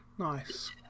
nice